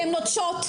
הן נוטשות,